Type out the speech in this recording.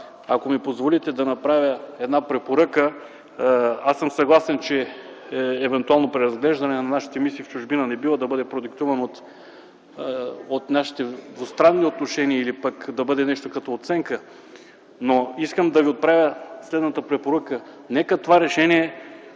ако ми позволите, да направя една препоръка. Аз съм съгласен, че евентуално преразглеждане на нашите мисии в чужбина не бива да бъде продиктувано от нашите двустранни отношения или пък да бъде нещо като оценка. Искам да Ви отправя следната препоръка: нека това решение